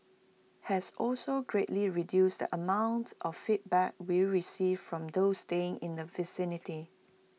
has also greatly reduced the amount of feedback we received from those staying in the vicinity